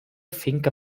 finca